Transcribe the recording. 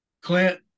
Clint